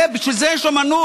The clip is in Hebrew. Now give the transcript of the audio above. בשביל זה יש אומנות.